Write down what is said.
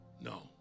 No